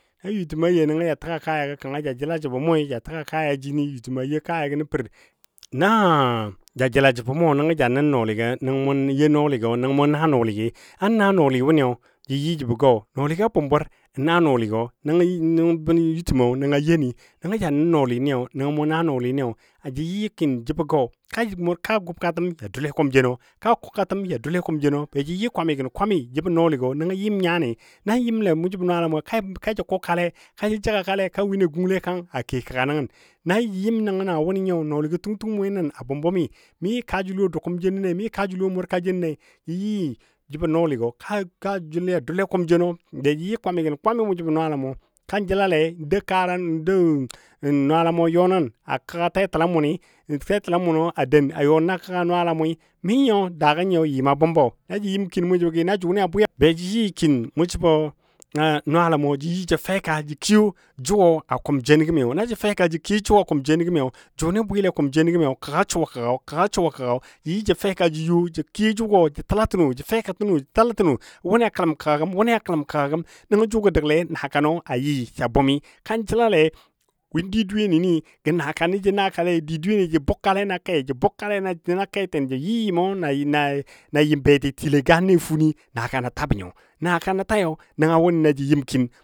Na yutəmɔ you nəngɔ ja təga kaya gɔ kanga ja jəla jəbɔ mʊi ja təga kaya jini yutəma you kayago nə per. Na ja jəla jəbɔ mo nəngɔ ja nan nɔɔligɔ nəngɔ mʊ you nɔɔligi nəngɔ mʊ naa nɔɔligi, an naa nɔɔli wʊnɨ ja yɨ jəbɔ gɔ nɔɔligɔ a bʊmbʊr n naa nɔɔligɔ nəngɔ yutəmɔ nəngɔ yenni nəngɔ ja nən nɔɔli niyo nəngɔ mʊ naa nɔɔliniyo jə yɨ kin jəbɔ go ka gubkatəm ya doule kum jennɔ ka kukatəm ya doule kʊm jeno be jə yɨ kwami gən kwami jəbɔ nɔɔgɔ nəngɔ yin nyani na yɨmle mʊ jə nɔɔlamʊ kaji kukkale kaja jaga kale ka wini ya gun kanle a ke kəga nəngən na jə yɨm nəngɔ na wʊnɨ nyi nɔɔligɔ tungtung mwe a nən bʊmbʊmi mi kajəl wo dou kumjenɔ le mi ka jʊnɨ mʊrka jennei jə yɨ yɨ jəbɔ nɔɔligo ka kajəl ya doule kʊm jen be ja yɨ kwamigən kwami mʊ jəbɔ nwala mɔ kan jəla n dou kara dou nwalamʊ yɔ nən kəgga tɛtəlam muni, mun yɔ nən a kəgga tɛtəlam muni, tɛtəlam muno doun a yɔ nən a kəgga nwalamʊi. Mi nyo daago nyi yɨma bʊmbɔ, na jə yɨm kin jəbɔ gɨ na jʊni bwi be jə yi kin mʊ jəbɔ nwalamʊ jə yɨ jə fɛka ja kiyo jʊ a kʊm jeno gəmi na jə yɨ jə fɛka jə kiyo jʊ a kʊm jeno gəmiyo jʊni bwɨle kum jeno gəmiyo kəga suwa kəga kəga suwa kəga jə yɨ jə fɛka ja kiyo jʊgo jə təla təgo feka təna jə tal təno wʊnɨ kələnka wuni kələm kəkagəm nəngɔ ju gə dəgle nakanɔ a yɨ sa bʊmmi kan jəlale kum di dweyeni ni nakani jə nakale di dweyeni jə bukka le na ke jə bukkale na ketin jə yɨ yɨmɔ na beti tilo ganne a funni nakano ta bo nyo nakano tai nəngo wʊnɨ na jə yɨm kin